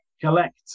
collect